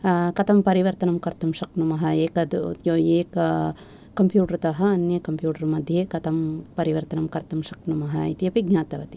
कथं परिवर्तनं शक्नुम एतत् एक कम्पूटर् त अन्यत् कम्पूटर् मध्ये कथं परिवर्तनं शक्नुम इत्यपि ज्ञातवति